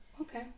Okay